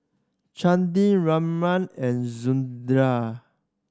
Chandi Ramanand and